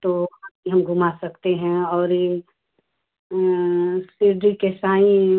तो हम घुमा सकते हैं और यह शिर्डी के साईं